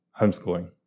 homeschooling